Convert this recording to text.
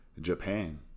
Japan